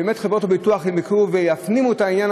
שבאמת חברות הביטוח יפנימו את העניין